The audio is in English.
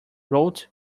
route